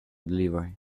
delivery